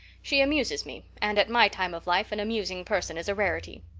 she amuses me, and at my time of life an amusing person is a rarity.